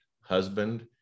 husband